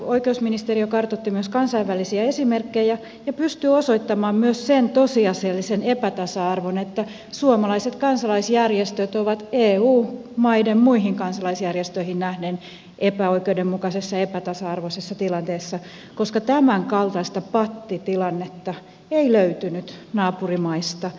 oikeusministeriö kartoitti myös kansainvälisiä esimerkkejä ja pystyi osoittamaan myös sen tosiasiallisen epätasa arvon että suomalaiset kansalaisjärjestöt ovat eu maiden muihin kansalaisjärjestöihin nähden epäoikeudenmukaisessa ja epätasa arvoisessa tilanteessa koska tämänkaltaista pattitilannetta ei löytynyt naapurimaista